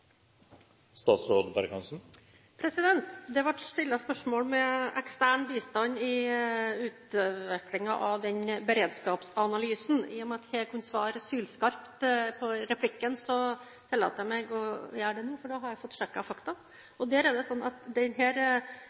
spørsmål om ekstern bistand i utviklingen av beredskapsanalysen. I og med at jeg ikke kunne svare sylskarpt på replikken, tillater jeg meg å gjøre det nå, for nå har jeg fått sjekket fakta. Denne miljørisiko- og beredskapsanalysen består av tre deler. Den